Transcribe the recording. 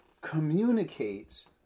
communicates